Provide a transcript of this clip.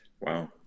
Wow